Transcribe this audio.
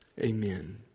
Amen